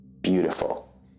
Beautiful